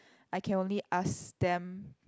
I can only ask them